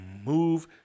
move